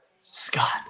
Scott